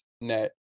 net